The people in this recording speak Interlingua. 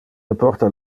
importa